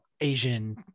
Asian